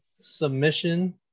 submission